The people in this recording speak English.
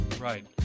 Right